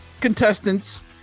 contestants